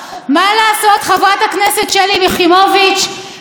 ממש חוקה.